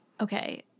Okay